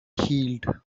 healed